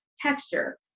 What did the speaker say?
texture